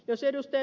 jos ed